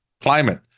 climate